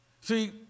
See